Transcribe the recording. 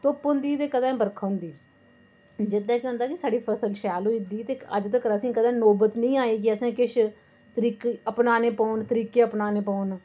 धुप्प होंदी ते कदें बरखा होंदी जेह्दे च होंदा कि फसल शैल होई दी ते अज्ज तगर कदें असें गी नोबत निं आई कि असें किश तरीके अपनाने पौन तरीके अपनाने पौन